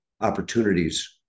opportunities